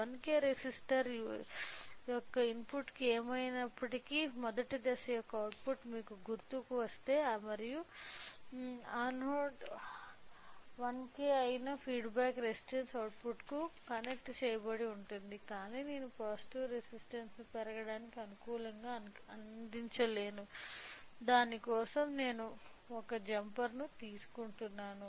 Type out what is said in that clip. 1K resistor యొక్క ఇన్పుట్కు ఏమైనప్పటికీ మొదటి దశ యొక్క అవుట్పుట్ మీకు గుర్తుకు వస్తే మరియు అనొథెఆర్ 1 కె అయిన ఫీడ్బ్యాక్ రెసిస్టెన్స్ అవుట్పుట్కు కనెక్ట్ చెయ్యబడి ఉంది కాని నేను పాజిటివ్ రెసిస్టన్స్ ను పెరగడానికి అనుకూలంగా అందించలేదు దాని కోసం నేను ఒక జంపర్ ని తీసుకుంటున్నాను